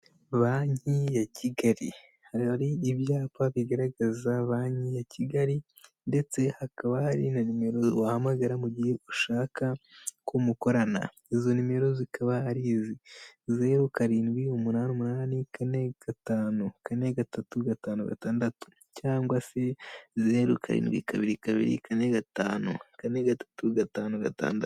Banki ya Kigali, hari ibyapa bigaragaza banki ya Kigali ndetse hakaba hari na nimero wahamagara mu gihe ushaka ko mukorana. Izo nimero zikaba ari izi: zeru karindwi umunani umunani kane gatanu, kane gatatu gatanu gatandatu cyangwa se zeru karindwi kabiri kabiri kane gatanu, kane gatatu gatanu gatandatu.